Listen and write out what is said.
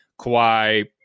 Kawhi